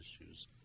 issues